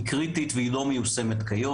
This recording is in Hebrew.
היא קריטית והיא לא מיושמת כיום.